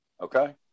Okay